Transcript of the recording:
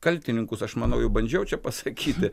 kaltininkus aš manau jau bandžiau čia pasakyti